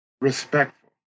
respectful